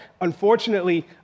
unfortunately